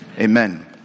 Amen